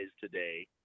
today